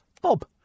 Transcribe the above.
Bob